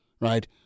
right